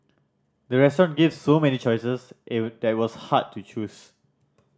the restaurant gave so many choices that was hard to choose